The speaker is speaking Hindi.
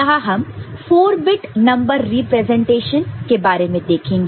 यहां हम 4 बिट नंबर रिप्रेजेंटेशन के बारे में देखेंगे